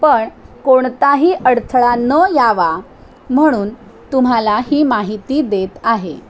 पण कोणताही अडथळा न यावा म्हणून तुम्हाला ही माहिती देत आहे